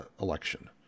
election